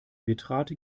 bitrate